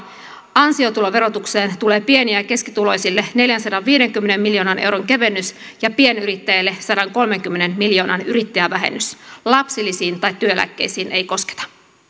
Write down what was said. ansiotuloverotukseen tulee pieni ja keskituloisille neljänsadanviidenkymmenen miljoonan euron kevennys ja pienyrittäjille sadankolmenkymmenen miljoonan yrittäjävähennys lapsilisiin tai työeläkkeisiin ei kosketa